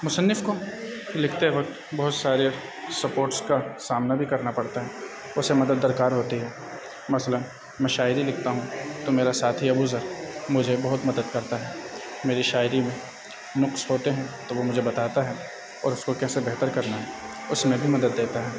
مصنف کو لکھتے وقت بہت سارے سپورٹس کا سامنا بھی کرنا پڑتا ہے اسے مدد درکار ہوتی ہے مثلاً میں شاعری لکھتا ہوں تو میرا ساتھی ابوذر مجھے بہت مدد کرتا ہے میری شاعری میں نقص ہوتے ہیں تو وہ مجھے بتاتا ہے اور اس کو کیسے بہتر کرنا ہے اس میں بھی مدد دیتا ہے